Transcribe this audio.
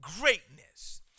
greatness